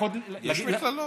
יש מכללות.